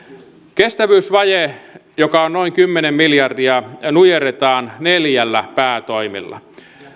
kestävyysvaje joka on noin kymmenen miljardia nujerretaan neljällä päätoimella